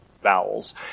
vowels